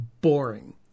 boring